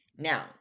Now